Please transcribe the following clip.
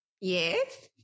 Yes